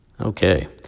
Okay